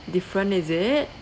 different is it